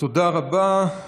תודה רבה.